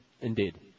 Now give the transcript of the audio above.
Indeed